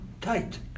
tight